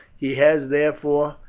he has, therefore,